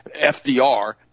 FDR